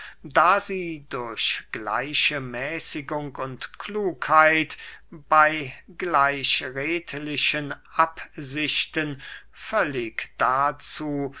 da sie durch gleiche mäßigung und klugheit bey gleich redlichen absichten völlig dazu